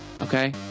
okay